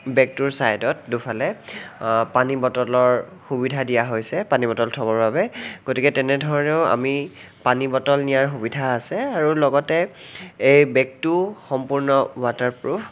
বেগটোৰ চাইডত দুফালে পানী বটলৰ সুবিধা দিয়া হৈছে পানী বটল থবৰ বাবে গতিকে তেনেধৰণেও আমি পানী বটল নিয়াৰ সুবিধা আছে আৰু লগতে এই বেগটো সম্পূৰ্ণ ৱাটাৰ প্ৰুফ